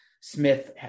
Smith